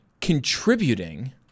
contributing